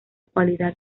cualidad